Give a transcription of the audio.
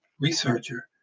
researcher